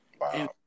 Wow